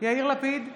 יאיר לפיד,